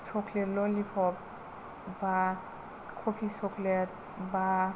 chocolate lollipop एबा coffee chocolate एबा